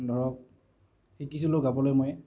ধৰক শিকিছিলোঁ গাবলৈ মই